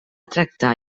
tractar